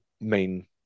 main